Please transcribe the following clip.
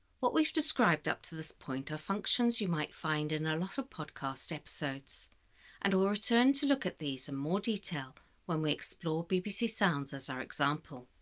what we've described up to this point are functions you might find in a lot of podcast episodes and we'll return to look at these in more detail when we explore bbc sounds as our example.